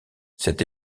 cette